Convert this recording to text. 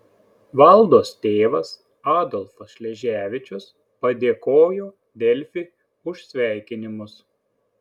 valdos tėvas adolfas šleževičius padėkojo delfi už sveikinimus